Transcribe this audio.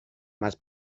más